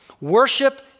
Worship